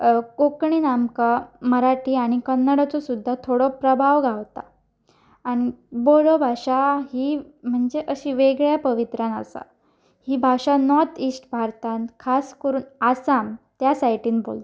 कोंकणीन आमकां मराठी आनी कन्नडाचो सुद्दा थोडो प्रभाव गावता आनी बोडो भाशा ही म्हणजे अशी वेगळ्या पवित्रान आसा ही भाशा नॉर्त इश्ट भारतांत खास करून आसाम त्या सायटीन बोलता